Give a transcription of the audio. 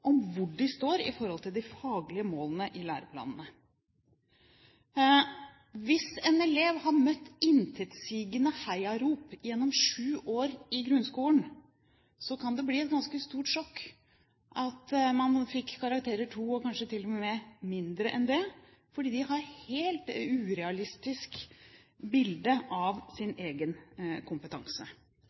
om hvor de står i forhold til de faglige målene i læreplanene. Hvis en elev har møtt intetsigende heiarop gjennom sju år i grunnskolen, kan det bli et ganske stort sjokk at man får karakteren 2, og kanskje lavere enn det, fordi man har et helt urealistisk bilde av sin egen kompetanse.